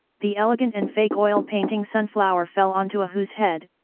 the elegant and fake oil painting sunflower fell onto a hu's head,